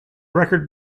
record